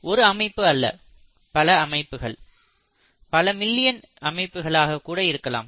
ஒரு அமைப்பு அல்ல பல அமைப்புகள் பல மில்லியன் அமைப்புகளாக கூட இருக்கலாம்